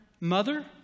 mother